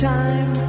time